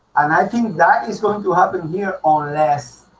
and i think that is going to happen here unless